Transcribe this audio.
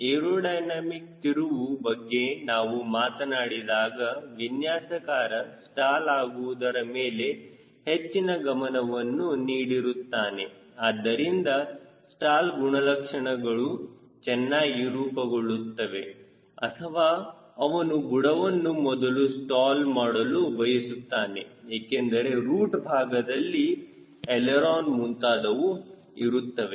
aerodynamic ತಿರುವು ಬಗ್ಗೆ ನಾವು ಮಾತನಾಡಿದಾಗ ವಿನ್ಯಾಸಕಾರ ಸ್ಟಾಲ್ ಆಗುವುದರ ಮೇಲೆ ಹೆಚ್ಚಿನ ಗಮನವನ್ನು ನೀಡಿರುತ್ತಾನೆ ಅದರಿಂದ ಸ್ಟಾಲ್ ಗುಣಲಕ್ಷಣಗಳು ಚೆನ್ನಾಗಿ ರೂಪಗೊಳ್ಳುತ್ತವೆ ಅಥವಾ ಅವನು ಬುಡವನ್ನು ಮೊದಲು ಸ್ಟಾಲ್ ಮಾಡಲು ಬಯಸುತ್ತಾನೆ ಏಕೆಂದರೆ ರೂಟ್ ಭಾಗದಲ್ಲಿ ಏಲೆರೊನ್ ಮುಂತಾದವು ಇರುತ್ತವೆ